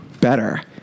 better